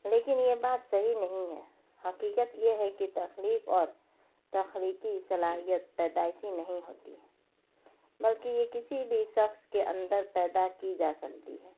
لیکن یہ بات صحیح نہیں ہے حقیقت یہ ہے کہ تخلیق اور تخلیقی صلاحیت پیدائشی نہیں ہوتی بلکہ یہ کسی بھی شخص کے اندر پیدا کی جا سکتی ہے